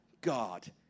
God